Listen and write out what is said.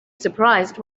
surprised